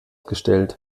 gestellt